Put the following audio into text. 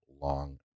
long